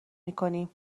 میکنیم